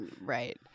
Right